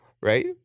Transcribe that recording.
Right